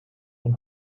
von